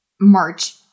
march